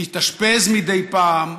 להתאשפז מדי פעם.